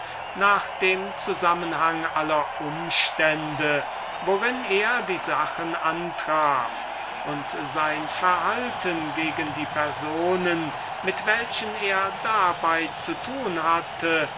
nach dem zusammenhang aller umstände worin er die sachen antraf dieses nach beschaffenheit der personen mit denen er's zu tun hatte